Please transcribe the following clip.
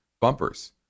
bumpers